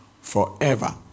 forever